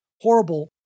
horrible